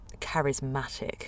charismatic